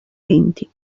venti